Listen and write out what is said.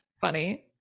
funny